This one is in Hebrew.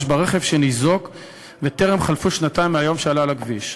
ברכב שניזוק וטרם חלפו שנתיים מהיום שעלה על הכביש,